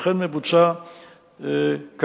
אכן מבוצע כראוי.